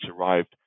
arrived